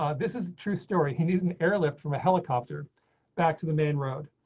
um this is a true story. he needs an airlift from a helicopter back to the main road.